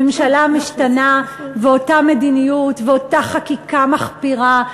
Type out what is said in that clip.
הממשלה משתנה ואותה מדיניות ואותה חקיקה מחפירה,